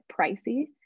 pricey